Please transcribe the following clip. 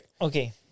Okay